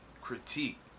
critique